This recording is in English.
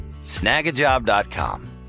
Snagajob.com